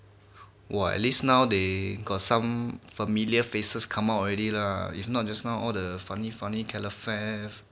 !wah! at least now they got some familiar faces come out already lah if not just now all the funny funny calefare